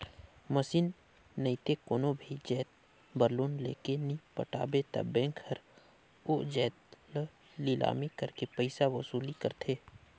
machine नइते कोनो भी जाएत बर लोन लेके नी पटाबे ता बेंक हर ओ जाएत ल लिलामी करके पइसा वसूली करथे